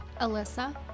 Alyssa